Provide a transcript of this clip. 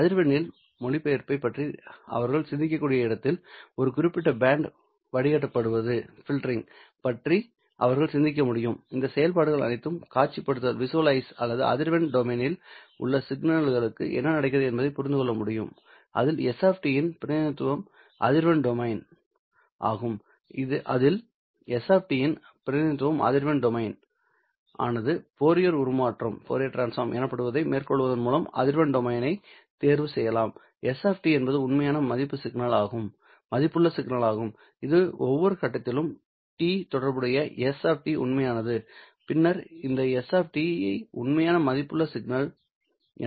அதிர்வெண்ணில் மொழிபெயர்ப்பைப் பற்றி அவர்கள் சிந்திக்கக்கூடிய இடத்தில் ஒரு குறிப்பிட்ட பேண்ட் வடிகட்டுவது பற்றி அவர்கள் சிந்திக்க முடியும் இந்த செயல்பாடுகள் அனைத்தும் காட்சிப்படுத்த அல்லது அதிர்வெண் டொமைன்னில் உள்ள சிக்னல்களுக்கு என்ன நடக்கிறது என்பதைப் புரிந்து கொள்ள வேண்டும் அதில் s இன் பிரதிநிதித்துவம் அதிர்வெண்டொமைன் ஆகும் அதில் s இன் பிரதிநிதித்துவம் அதிர்வெண் டொமைன் ஆனது ஃபோரியர் உருமாற்றம் எனப்படுவதை மேற்கொள்வதன் மூலம் அதிர்வெண் டொமைன் ஐ தேர்வு செய்யலாம் s என்பது உண்மையான மதிப்புள்ள சிக்னல் ஆகும் இது ஒவ்வொரு கட்டத்திலும் t தொடர்புடைய s உண்மையானது பின்னர் இந்த s ஐ உண்மையான மதிப்புள்ள சிக்னல் என்று அழைக்கிறோம்